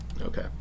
Okay